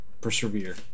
persevere